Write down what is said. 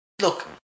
Look